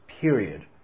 period